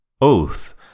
Oath